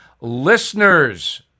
Listeners